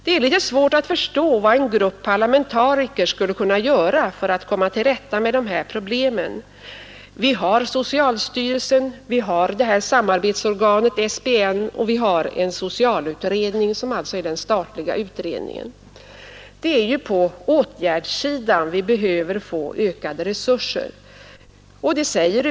Det är litet svårt att förstå vad en grupp parlamentariker skulle kunna göra för att komma till rätta med problemen. Vi har socialstyrelsen, samarbetsorganet SBN och en socialutredning, som är en statlig utredning. Det är på åtgärdssidan vi behöver ökade resurser.